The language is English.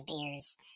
beers